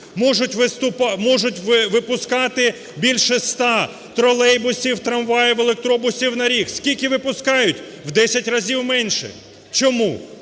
можуть випускати більше ста тролейбусів, трамваїв, електробусів на рік. Скільки випускають? В 10 разів менше. Чому?